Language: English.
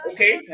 Okay